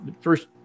first